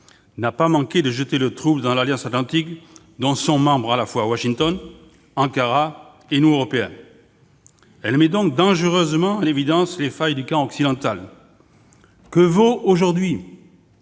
n'a pas manqué de jeter le trouble dans l'Alliance atlantique, dont sont membres à la fois Washington, Ankara et nous autres européens. Elle met donc dangereusement en évidence les failles du camp occidental. Que valent aujourd'hui